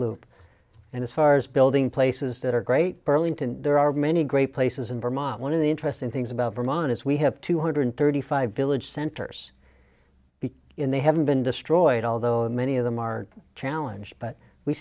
loop and as far as building places that are great burlington there are many great places in vermont one of the interesting things about vermont is we have two hundred thirty five village centers because in they haven't been destroyed although many of them are challenge but we